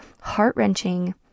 heart-wrenching